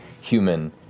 human